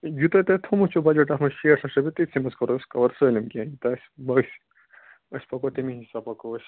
یوٗتاہ تۄہہِ تھوٚمُت چھُ بَجٹ اَتھ منٛز شیٹھ لَچھ رۄپیہِ تِتسی منٛز کَرو أسۍ کَوَر سٲلِم کیٚنٛہہ یوٗتاہ اَسہِ باسہِ أسۍ پکو تَمی حِساب پَکو أسۍ